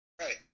right